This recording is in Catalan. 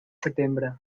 setembre